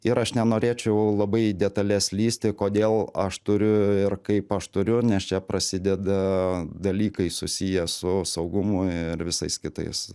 ir aš nenorėčiau labai į detales lįsti kodėl aš turiu ir kaip aš turiu nes čia prasideda dalykai susiję su saugumu ir visais kitais